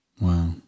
Wow